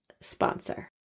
sponsor